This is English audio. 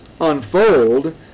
unfold